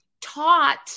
taught